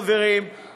חברים,